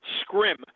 scrim